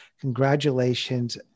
congratulations